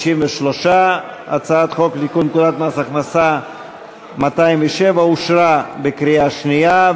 53. הצעת חוק לתיקון פקודת מס הכנסה (מס' 207) אושרה בקריאה שנייה.